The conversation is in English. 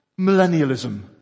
millennialism